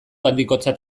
handikotzat